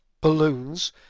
balloons